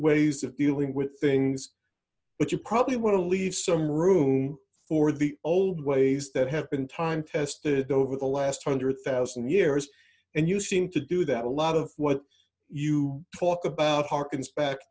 ways of dealing with things but you probably want to leave some room for the old ways that have been time tested over the last hundred thousand years and you seem to do that a lot of what you talk about harkens back